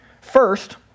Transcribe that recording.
First